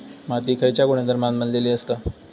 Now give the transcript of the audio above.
माती खयच्या गुणधर्मान बनलेली असता?